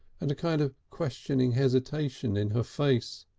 and a kind of questioning hesitation in her face.